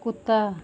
कुत्ता